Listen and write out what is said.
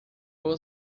vou